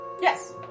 Yes